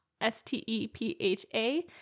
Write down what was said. S-T-E-P-H-A